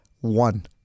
One